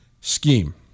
scheme